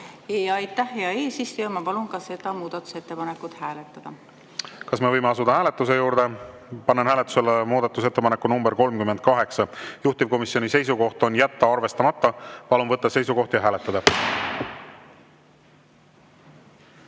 Aitäh, hea eesistuja! Ma palun seda muudatusettepanekut hääletada. Kas me tohime asuda hääletuse juurde? Panen hääletusele muudatusettepaneku nr 75, juhtivkomisjoni seisukoht on jätta arvestamata. Palun võtta seisukoht ja hääletada!